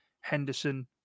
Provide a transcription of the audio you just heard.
Henderson